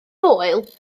foel